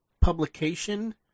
publication